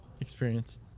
experience